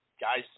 guys